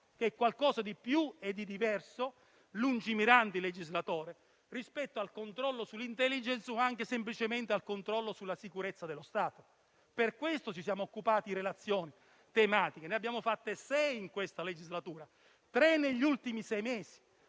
che è qualcosa di più e di diverso - il legislatore è stato lungimirante - rispetto al controllo sull'*intelligence* o anche semplicemente al controllo sulla sicurezza dello Stato. Per questo ci siamo occupati di relazioni tematiche: ne abbiamo fatte sei in questa legislatura, di cui tre negli ultimi sei mesi.